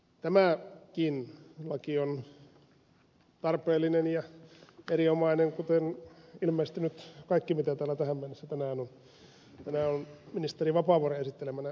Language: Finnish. tämäkin laki on tarpeellinen ja erinomainen kuten ilmeisesti nyt kaikki mitä täällä tähän mennessä tänään on ministeri vapaavuoren esittelemänä käsitelty